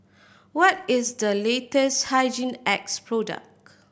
what is the latest Hygin X product